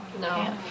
no